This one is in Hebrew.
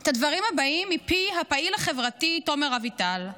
את הדברים הבאים מפי הפעיל החברתי תומר אביטל.